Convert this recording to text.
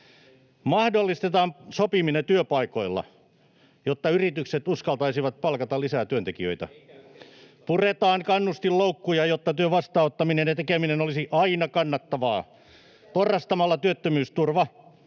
Mahdollistetaan sopiminen työpaikoilla, jotta yritykset uskaltaisivat palkata lisää työntekijöitä. [Timo Heinonen: Ei käy keskustalle!] Puretaan kannustinloukkuja, jotta työn vastaanottaminen ja tekeminen olisi aina kannattavaa, porrastamalla työttömyysturva,